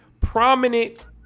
prominent